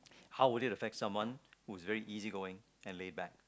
how would it affect someone who is very easy going and laid back